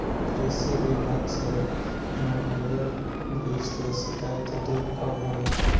कृषि विभाग से मुहैया बीज के शिकायत दुर कब होला?